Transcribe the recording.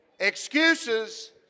Excuses